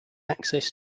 access